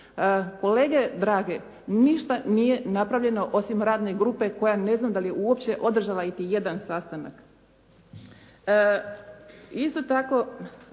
Kolege drage ništa nije napravljeno osim radne grupe koja ne znam dali je uopće održala i jedan sastanak?